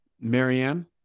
Marianne